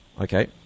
Okay